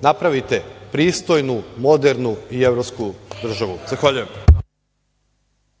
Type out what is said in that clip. napravite pristojnu i modernu evropsku državu. Zahvaljujem.